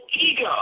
ego